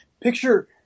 picture